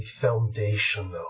foundational